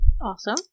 Awesome